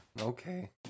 Okay